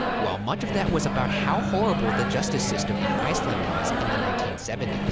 while much of that was about how horrible the justice system in iceland was in the nineteen seventy s,